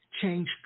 change